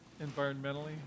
environmentally